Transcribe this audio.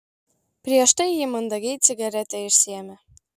prieš tai ji mandagiai cigaretę išsiėmė